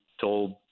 told